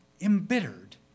embittered